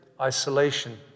isolation